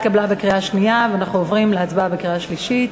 אנחנו עוברים להצבעה בקריאה שלישית.